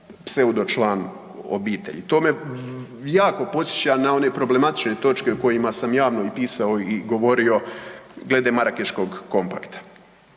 pseudočlan o obitelji. To me jako podsjeća na one problematične točke o kojima sam javno i pisao i govorio glede Marakeškog kompakta.